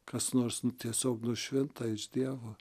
kas nors tiesiog nušvinta iš dievo